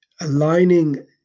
aligning